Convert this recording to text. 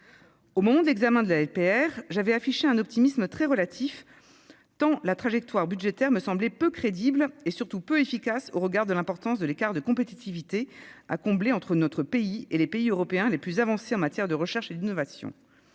Lors de l'examen de ce texte, j'avais affiché un optimisme très relatif tant la trajectoire budgétaire me semblait peu crédible et surtout peu efficace au regard de l'importance de l'écart de compétitivité à combler entre notre pays et les pays européens les plus avancés en matière de recherche et d'innovation.